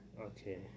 Okay